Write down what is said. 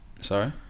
sorry